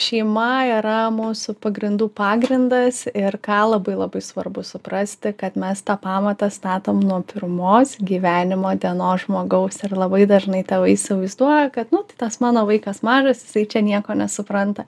šeima yra mūsų pagrindų pagrindas ir ką labai labai svarbu suprasti kad mes tą pamatą statom nuo pirmos gyvenimo dienos žmogaus ir labai dažnai tėvai įsivaizduoja kad nu tai tas mano vaikas mažas jisai čia nieko nesupranta